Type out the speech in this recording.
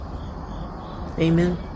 Amen